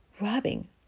rubbing